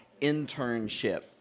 internship